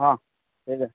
ᱦᱮᱸ ᱞᱟᱹᱭᱢᱮ